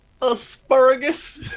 asparagus